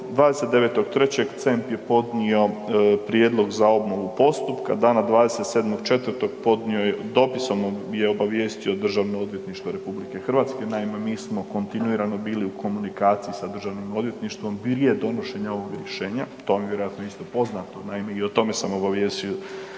29.3. CEMP je podnio prijedlog za obnovu postupka, dana 27.4. podnio je, dopisom je obavijestio Državno odvjetništvo RH, naime mi smo kontinuirano bili u komunikaciji sa državnim odvjetništvom prije donošenja ovog rješenja, to vam je vjerojatno isto poznato, naime i o tome sam obavijestio